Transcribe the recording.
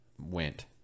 went